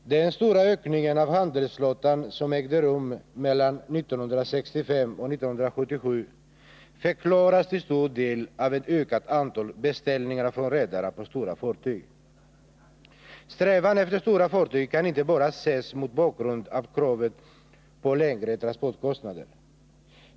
Herr talman! Den stora ökning av handelsflottan som ägde rum mellan 1965 och 1977 förklaras till stor del av ett ökat antal beställningar på stora fartyg från redarna. Strävan efter stora fartyg kan inte bara ses mot bakgrund av kravet på lägre transportkostnader.